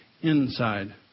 inside